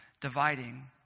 dividing